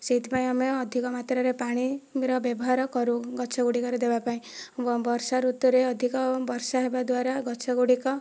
ସେଇଥି ପାଇଁ ଆମେ ଅଧିକ ମାତ୍ରାରେ ପାଣିର ବ୍ୟବହାର କରୁ ଗଛ ଗୁଡ଼ିକରେ ଦେବାପାଇଁ ବର୍ଷା ଋତୁରେ ଅଧିକ ବର୍ଷା ହେବା ଦ୍ୱାରା ଗଛ ଗୁଡ଼ିକ